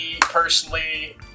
personally